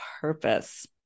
purpose